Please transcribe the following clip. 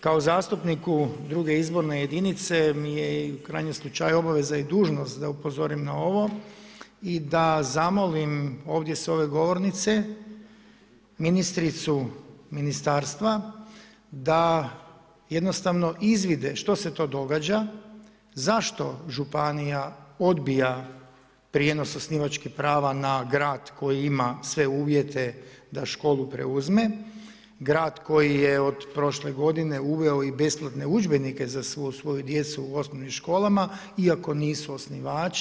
Kao zastupniku druge izborne jedinice mi je u krajnjem slučaju obaveza i dužnost da upozorim na ovo i da zamolim ovdje sa ove govornice ministricu ministarstva da jednostavno izvide što se to događa, zašto županija odbija prijenos osnivačkih prava na grad koji ima sve uvjete da školu preuzme, grad koji je od prošle godine uveo i besplatne udžbenike za svu svoju djecu u osnovnim školama iako nisu osnivač.